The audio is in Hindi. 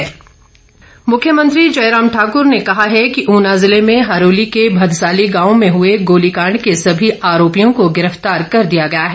ध्यानाकर्षण प्रस्ताव मुख्यमंत्री जयराम ठाकूर ने कहा है कि ऊना जिले में हरोली के भदसाली गांव में हुए गोलीकांड के सभी आरोपियों को गिरफ्तार् कर दिया गया है